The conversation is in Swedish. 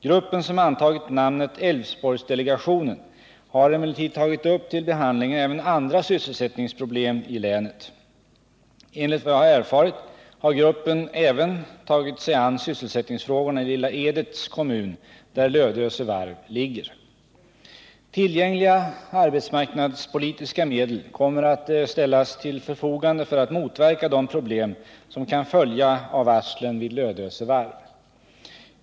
Gruppen, som antagit namnet Älvsborgsdelegationen, har emellertid tagit upp till behandling även andra sysselsättningsproblem i länet. Enligt vad jag har erfarit har gruppen även tagit sig an sysselsättningsfrågorna i Lilla Edets kommun där AB Lödöse Varf ligger. Tillgängliga arbetsmarknadspolitiska medel kommer att ställas till förfogande för att motverka de problem som kan följa av varslen vid AB Lödöse Varf.